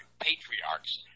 patriarchs